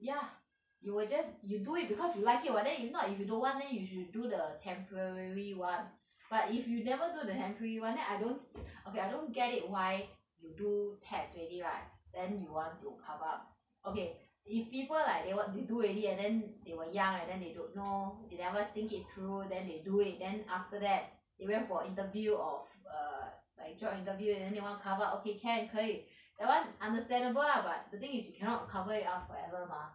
ya you will just you do it because you like it [what] but then if not if you don't want then you should do the temporary [one] but if you never do the temporary [one] then I don't okay I don't get it why you do tats~ already right then you want to cover up okay if people like they want they do already and then they were young and they don't know they never think it through then they do it then after that they went for interview of err like job interview and then they want cover up okay can 可以 that [one] understandable lah but the thing is you cannot cover it up forever mah